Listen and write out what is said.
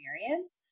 experience